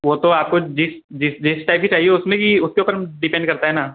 वो तो आपको जिस जिस जिस टाइप की चाहिए उसमें ही उसके ऊपर डिपेंड करता है ना